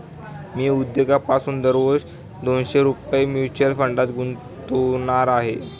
मी उद्यापासून दररोज दोनशे रुपये म्युच्युअल फंडात गुंतवणार आहे